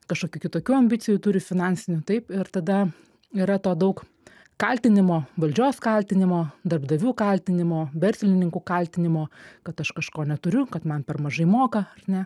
kažkokių kitokių ambicijų turi finansinių taip ir tada yra to daug kaltinimo valdžios kaltinimo darbdavių kaltinimo verslininkų kaltinimo kad aš kažko neturiu kad man per mažai moka ar ne